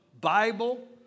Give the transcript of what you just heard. Bible